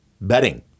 betting